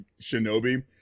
Shinobi